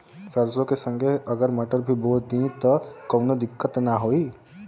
सरसो के संगे अगर मटर भी बो दी त कवनो दिक्कत त ना होय?